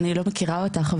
אני לא מכירה אותך,